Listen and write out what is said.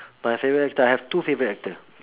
my favourite actor I have two favourite actor